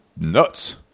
nuts